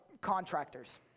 contractors